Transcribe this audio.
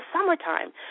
summertime